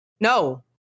No